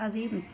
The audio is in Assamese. আজি